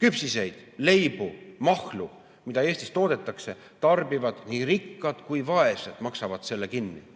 küpsiseid, leibu ja mahlu, mida Eestis toodetakse, tarbivad nii rikkad kui ka vaesed ja maksavad selle kinni.